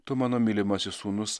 tu mano mylimasis sūnus